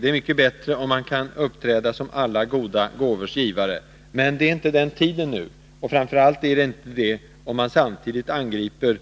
Det är mycket bättre om man kan uppträda som alla goda gåvors givare, men det är inte den tiden nu, framför allt inte om man samtidigt angriper